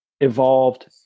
evolved